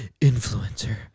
influencer